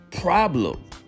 problem